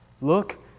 Look